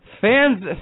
fans